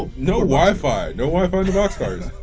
um no wi-fi, no wi-fi in the boxcars.